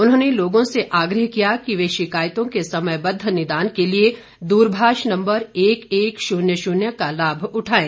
उन्होंने लोगों से आग्रह किया कि वे शिकायतों के समयबद्ध निदान के लिए दूरभाष नम्बर एक एक शून्य शून्य का लाभ उठाएं